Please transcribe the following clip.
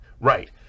Right